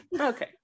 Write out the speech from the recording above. okay